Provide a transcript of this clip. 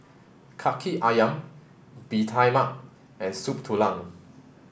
Kaki Ayam Bee Tai Mak and Soup Tulang